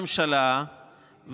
הוקמה ממשלה ועבדה,